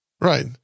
Right